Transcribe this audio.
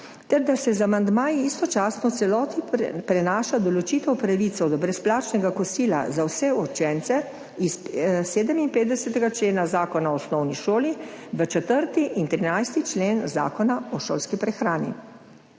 ter da se z amandmaji istočasno v celoti prenaša določitev pravice do brezplačnega kosila za vse učence iz 57. člena Zakona o osnovni šoli v 4. in 13. člen Zakona o šolski prehrani.